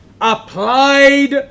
applied